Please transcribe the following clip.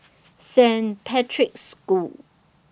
Saint Patrick's School